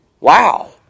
Wow